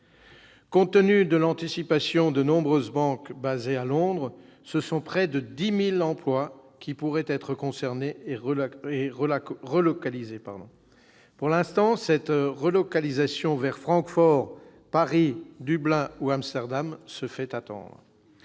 Compte tenu de l'anticipation de nombreuses banques établies à Londres, ce sont près de 10 000 emplois qui pourraient être concernés et relocalisés. Pour l'instant cette relocalisation vers Francfort, Paris, Dublin ou Amsterdam se fait attendre.